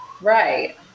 Right